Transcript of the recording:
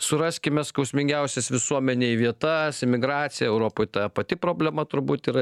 suraskime skausmingiausias visuomenei vietas imigracija europoj ta pati problema turbūt yra